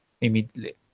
immediately